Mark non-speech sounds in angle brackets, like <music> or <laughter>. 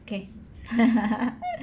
okay <laughs>